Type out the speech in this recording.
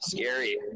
Scary